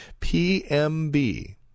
PMB